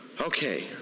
Okay